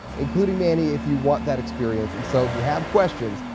including manny if you want that experience. and so if you have questions,